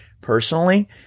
personally